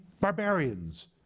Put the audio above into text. barbarians